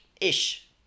Ish